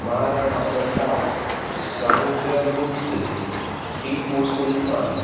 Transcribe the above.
Maharana Pratap Samudragupta Tipu Sultan